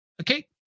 Okay